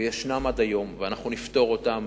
ויש עד היום, ואנחנו נפתור אותם.